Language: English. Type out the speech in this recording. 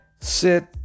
sit